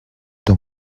dans